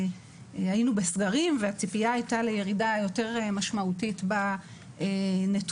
היינו בסגרים והציפיה הייתה לירידה יותר משמעותית בנתונים.